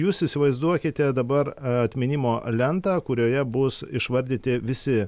jūs įsivaizduokite dabar atminimo lentą kurioje bus išvardyti visi